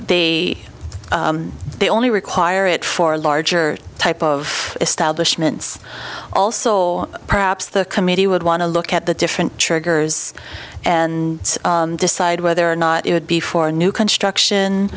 they they only require it for larger type of establishments also perhaps the committee would want to look at the different triggers and decide whether or not it would be for a new construction